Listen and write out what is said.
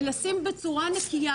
ולשים בצורה נקייה,